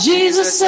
Jesus